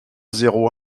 zéro